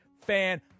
fan